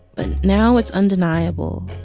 but now it's undeniable.